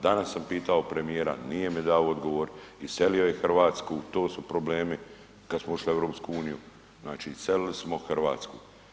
Danas sam pitao premijera, nije mi dao odgovor, iselio je Hrvatsku, to su problemi, kad smo ušli u EU, znači iselili smo Hrvatsku.